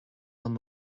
liom